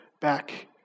back